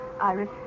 Iris